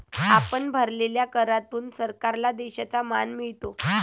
आपण भरलेल्या करातून सरकारला देशाचा मान मिळतो